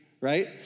right